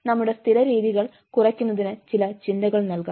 നമ്മുടെ സ്ഥിരരീതികൾ സ്റ്റീരിയോടൈപ്പുകൾ കുറയ്ക്കുന്നതിന് ചില ചിന്തകൾ നൽകാം